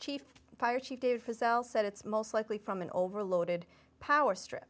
chief fire chief doofus l said it's most likely from an overloaded power strip